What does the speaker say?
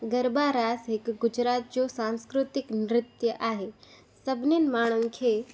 गरबा रास हिक गुजरात जो सांस्कृतिक नृतु आहे सभनिनि माण्हुनि खे